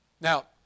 Now